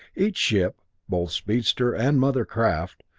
each ship, both speedster and mother craft,